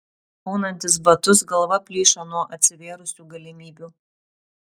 aunantis batus galva plyšo nuo atsivėrusių galimybių